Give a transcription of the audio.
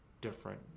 different